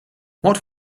what